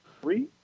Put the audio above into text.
Three